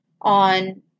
on